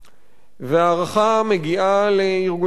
וההערכה מגיעה לארגוני הסטודנטים,